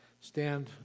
stand